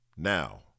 Now